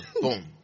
Boom